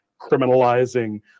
criminalizing